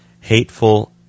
hateful